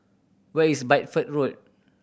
where is Bideford Road